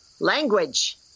language